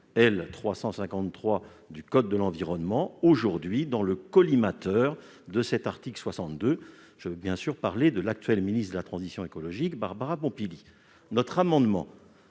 350-3 du code de l'environnement, aujourd'hui dans le collimateur de cet article 62. Je veux bien sûr parler de l'actuelle ministre de la transition écologique, Barbara Pompili. Notre amendement